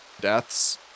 deaths